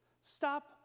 Stop